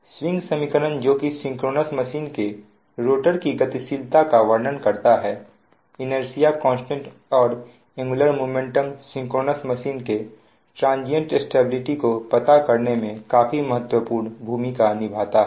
swing समीकरण जो कि सिंक्रोनस मशीन के रोटर की गतिशीलता का वर्णन करता है इनेर्सिया कांस्टेंट और एंगुलर मोमेंटम सिंक्रोनस मशीन के ट्रांजियंट स्टेबिलिटी को पता करने में काफी महत्वपूर्ण भूमिका निभाता है